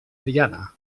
diana